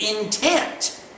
intent